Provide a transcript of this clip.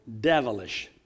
devilish